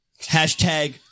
Hashtag